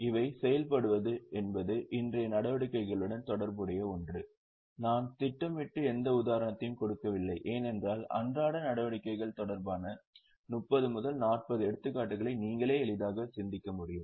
இவை செயல்படுவது என்பது இன்றைய நடவடிக்கைகளுடன் தொடர்புடைய ஒன்று நான் திட்டமிட்டு எந்த உதாரணத்தையும் கொடுக்கவில்லை ஏனென்றால் அன்றாட நடவடிக்கைகள் தொடர்பான 30 40 எடுத்துக்காட்டுகளை நீங்களே எளிதாக சிந்திக்க முடியும்